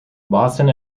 boston